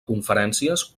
conferències